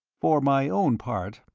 for my own part,